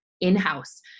in-house